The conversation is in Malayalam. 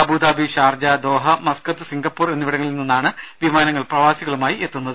Abu Dhabi Sharjah Doha Muscat Singapore എന്നിവിടങ്ങളിൽ നിന്നാണ് വിമാനങ്ങൾ പ്രവാസികളുമായി എത്തുന്നത്